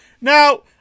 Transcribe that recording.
Now